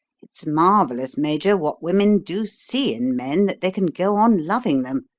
it's marvellous, major, what women do see in men that they can go on loving them.